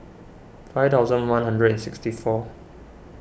five thousand one hundred and sixty four